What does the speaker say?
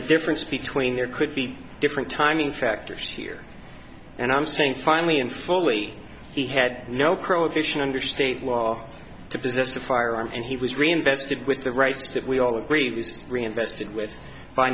the difference between there could be different timing factors here and i'm saying finally in foley he had no prohibition under state law to possess a firearm and he was reinvested with the rights that we all agreed used reinvested with by